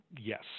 yes